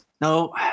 No